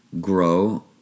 grow